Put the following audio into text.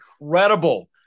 incredible